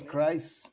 Christ